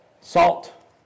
Salt